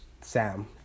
Sam